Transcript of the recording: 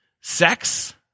sex